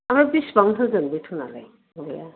ओमफ्राय बेसेबां होगोन बेथनालाय